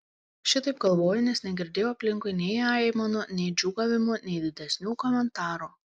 šitaip galvoju nes negirdėjau aplinkui nei aimanų nei džiūgavimų nei didesnių komentarų